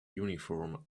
uniform